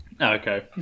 Okay